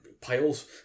piles